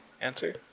answer